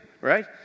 right